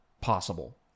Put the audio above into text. possible